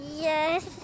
Yes